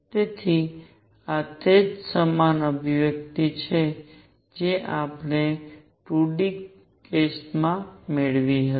તેથી આ તે જ સમાન અભિવ્યક્તિ છે જે આપણે 2 d કેસમાં મેળવી હતી